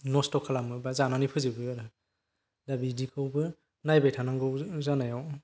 नस्थ' खालामो बा जानानै फोजोबो आरो दा बिदिखौबो नायबाय थानांगौ जानायाव